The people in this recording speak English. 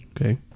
Okay